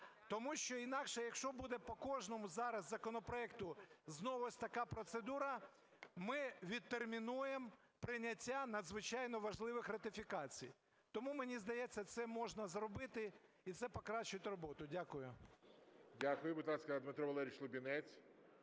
Тому що інакше, якщо буде по кожному зараз законопроекту знову ось така процедура, ми відтермінуємо прийняття надзвичайно важливих ратифікацій. Тому, мені здається, це можна зробити, і це покращить роботу. Дякую. ГОЛОВУЮЧИЙ. Дякую. Будь ласка, Дмитро Валерійович Лубінець,